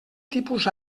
tipus